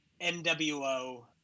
NWO